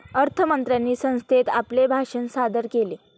अर्थ मंत्र्यांनी संसदेत आपले भाषण सादर केले